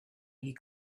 you